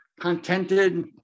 contented